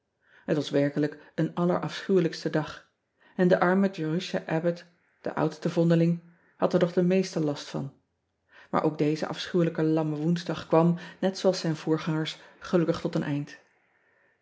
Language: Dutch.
et was werkelijk een allerafschuwelijkste dag en de arme erusha bbott de oudste vondeling had er nog den meesten last van aar ook deze afschuwelijke amme oensdag kwam net zooals zijn voorgangers gelukkig tot een eind